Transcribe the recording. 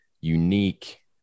unique